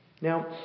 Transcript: Now